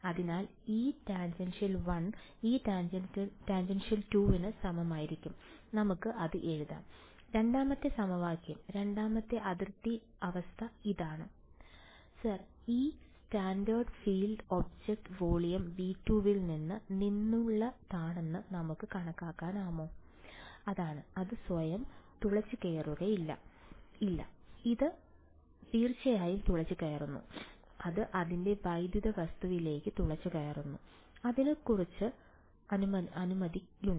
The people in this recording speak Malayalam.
അതിനാൽ Etan1 Etan2 നമുക്ക് അത് എഴുതാം രണ്ടാമത്തെ സമവാക്യം രണ്ടാമത്തെ അതിർത്തി അവസ്ഥ ഇതാണ് വിദ്യാർത്ഥി സാർ വിദ്യാർത്ഥി ഈ scattered field object volume V2 വിൽ നിന്ന് നിന്നുള്ളതാണെന്ന് നമുക്ക് കണക്കാക്കാമോ വിദ്യാർത്ഥി അതായത് അത് സ്വയം തുളച്ചുകയറുന്നില്ല ഇല്ല അത് തീർച്ചയായും തുളച്ചുകയറുന്നു അത് അതിന്റെ വൈദ്യുത വസ്തുവിലേക്ക് തുളച്ചുകയറുന്നു അതിന് കുറച്ച് അനുമതിയുണ്ട്